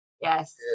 Yes